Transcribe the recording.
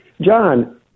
John